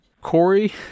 Corey